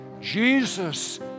Jesus